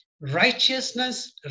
Righteousness